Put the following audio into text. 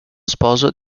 sposo